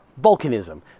volcanism